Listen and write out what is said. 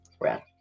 Right